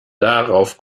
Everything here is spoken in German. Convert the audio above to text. darauf